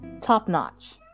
top-notch